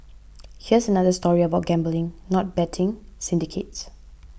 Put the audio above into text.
here's another story about gambling not betting syndicates